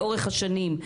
לאורך השנים,